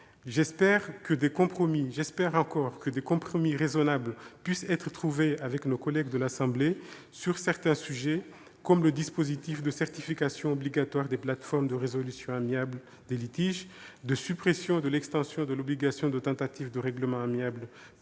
j'espère encore que des compromis raisonnables puissent être trouvés avec nos collègues de l'Assemblée nationale sur certains sujets comme le dispositif de certification obligatoire des plateformes de résolution amiable des litiges, la suppression de l'extension de l'obligation de tentative de règlement amiable préalable